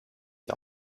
die